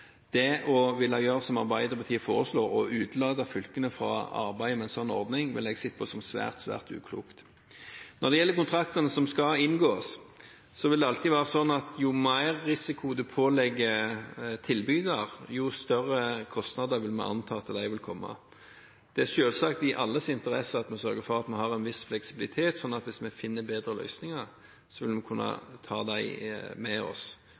fylkene ikke ville fått sjanse til å gi tilbakemelding hvis vi samtidig skulle fått saken inn i budsjettdokumentene som Stortinget skal ha i oktober. Det å gjøre som Arbeiderpartiet foreslår, å utelate fylkene fra arbeidet med en slik ordning, vil jeg se på som svært, svært uklokt. Når det gjelder kontraktene som skal inngås, vil det alltid være sånn at jo mer risiko man pålegger tilbyder, jo større kostnader vil man anta vil komme. Det er selvsagt i alles interesse at vi sørger for å ha en viss fleksibilitet, slik at hvis vi finner